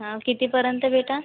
हं कितीपर्यंत भेटंल